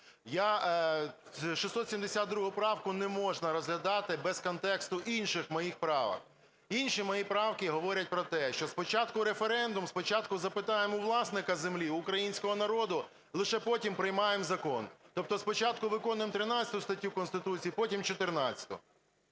672 правку не можна розглядати без контексту інших моїх правок. Інші мої правки говорять про те, що спочатку референдум, спочатку запитаємо у власника землі – українського народу, лише потім приймаємо закон. Тобто спочатку виконуємо 13 статтю Конституції, потім 14-у.